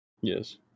Yes